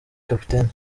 kapiteni